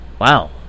Wow